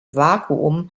vakuum